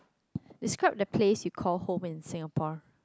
describe the place you call home in Singapore